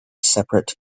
separate